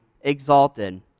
exalted